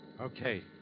Okay